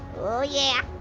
oh yeah.